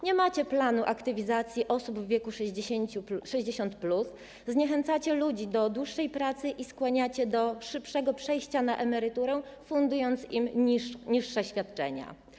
Nie macie planu aktywizacji osób w wieku 60+, zniechęcacie ludzi do dłuższej pracy i skłaniacie do szybszego przejścia na emeryturę, fundując im niższe świadczenia.